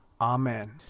Amen